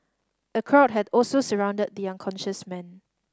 a crowd had also surrounded the unconscious man